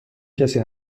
کسی